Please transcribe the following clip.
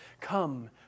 Come